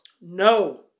No